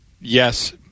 Yes